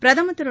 பிரதமர் திரு